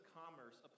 commerce